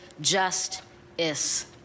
just-is